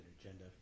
agenda